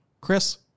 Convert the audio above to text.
Chris